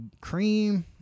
Cream